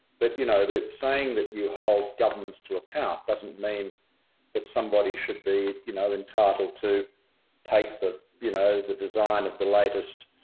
but you know, saying that you hold governments to account doesn't mean that somebody should be you know, entitled to take the you know, the design of the latest